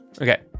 Okay